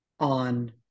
on